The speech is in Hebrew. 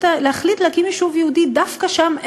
להחליט להקים יישוב יהודי דווקא שם,